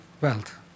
wealth